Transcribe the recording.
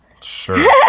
Sure